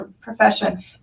profession